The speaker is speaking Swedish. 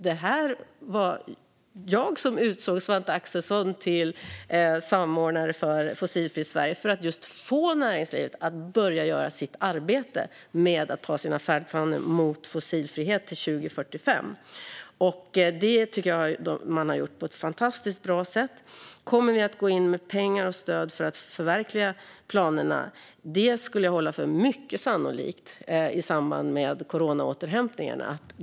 Det var jag som utsåg Svante Axelsson till samordnare för Fossilfritt Sverige, just för att få näringslivet att börja göra sitt arbete med att ta sina färdplaner mot fossilfrihet till 2045. Det tycker jag att man har gjort på ett fantastiskt bra sätt. Kommer vi att gå in med pengar och stöd för att förverkliga planerna? Det skulle jag hålla för mycket sannolikt i samband med coronaåterhämtningen.